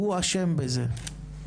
הוא אשם בזה.